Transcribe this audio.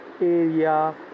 area